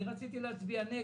אני רציתי להצביע נגד,